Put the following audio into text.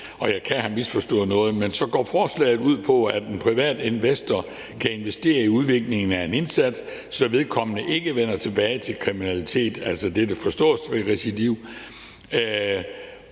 og jeg kan have misforstået noget i det – går forslaget ud på, at en privat investor kan investere i udviklingen af en indsat, så vedkommende ikke vender tilbage til kriminalitet, altså det, der forstås ved recidiv.